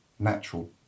natural